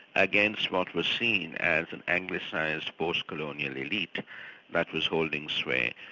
against what was seen as an anglicised post-colonial elite that was holding sway,